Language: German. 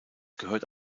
gehörte